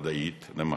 מדעית, למחר.